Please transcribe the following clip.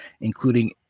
including